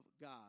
God